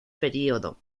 período